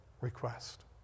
request